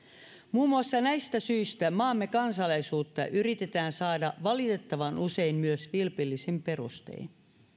muun muassa näistä syistä maamme kansalaisuutta yritetään saada valitettavan usein myös vilpillisin perustein